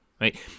right